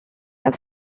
have